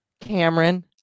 Cameron